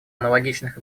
аналогичных